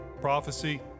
prophecy